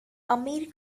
amir